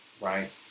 right